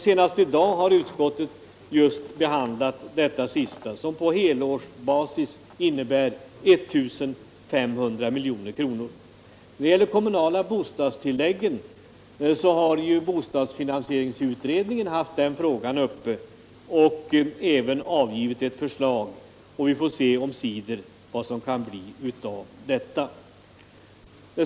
Senast i dag har utskottet behandlat det sistnämnda, som på helårsbasis innebär 1500 milj.kr. När det gäller de kommunala bostadstilläggen har bostadsfinansieringsutredningen haft den frågan uppe och även avgivit förslag. Vi får se omsider vad detta kan leda till.